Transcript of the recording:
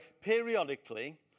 Periodically